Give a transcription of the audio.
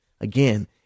Again